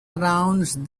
around